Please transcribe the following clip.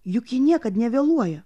juk ji niekad nevėluoja